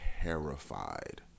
terrified